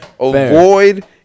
Avoid